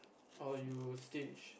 or you sting